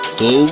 go